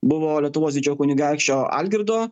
buvo lietuvos didžiojo kunigaikščio algirdo